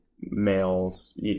males